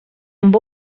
amb